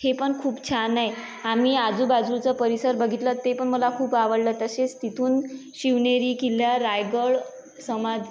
हे पण खूप छान आहे आम्ही आजूबाजूचं परिसर बघितलं ते पण मला खूप आवडलं तसेच तिथून शिवनेरी किल्ला रायगड समाद